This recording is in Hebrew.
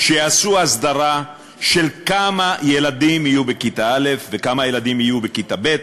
שיעשו הסדרה של כמה ילדים יהיו בכיתות א' וכמה ילדים יהיו בכיתה ב',